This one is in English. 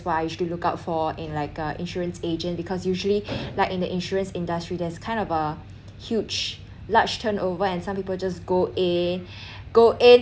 why you should look out for in like a insurance agent because usually like in the insurance industry there's kind of a huge large turnover and some people just go in go in